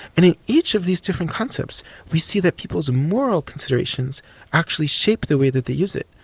and in each of these different concepts we see that people's moral considerations actually shape the way that they use it.